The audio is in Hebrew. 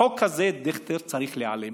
החוק הזה, דיכטר, צריך להיעלם.